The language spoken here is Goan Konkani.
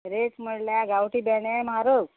रेट म्हणल्यार गांवठी भेणें म्हारग